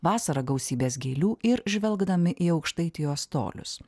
vasarą gausybės gėlių ir žvelgdami į aukštaitijos tolius